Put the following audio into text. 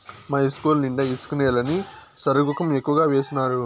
మా ఇస్కూలు నిండా ఇసుక నేలని సరుగుకం ఎక్కువగా వేసినారు